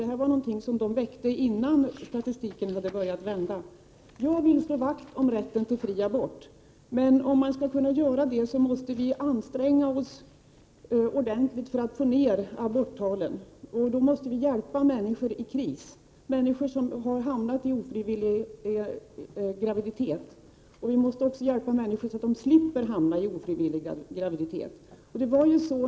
Det här var någonting som man tog upp, innan statistiken hade börjat vända. Jag vill slå vakt om rätten till fri abort, men om man skall kunna göra det, måste vi anstränga oss ordentligt för att få ned antalet aborter. Vi måste hjälpa människor i kris, människor som har hamnat i ofrivillig graviditet. Dessutom måste vi hjälpa människor så att de slipper hamna i ofrivillig graviditet.